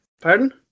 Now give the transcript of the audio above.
Pardon